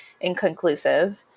inconclusive